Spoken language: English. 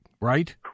right